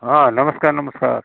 ହଁ ନମସ୍କାର ନମସ୍କାର